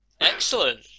Excellent